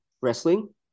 wrestling